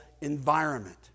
environment